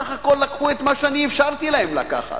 שבסך הכול לקחו את מה שאני אפשרתי להם לקחת,